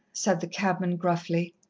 said the cabman gruffly.